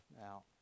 Now